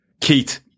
Keith